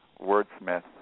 wordsmith